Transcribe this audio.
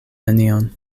nenion